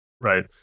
Right